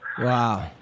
Wow